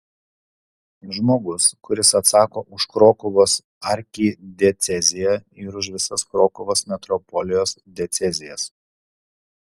žmogus kuris atsako už krokuvos arkidieceziją ir už visas krokuvos metropolijos diecezijas